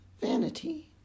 vanity